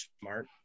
smart